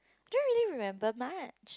I don't really remember much